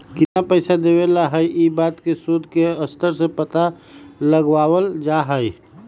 कितना पैसा देवे ला हई ई बात के शोद के स्तर से पता लगावल जा हई